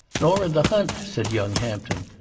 nor in the hunt, said young hampton.